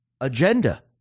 agenda